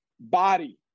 body